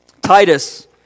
Titus